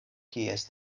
kies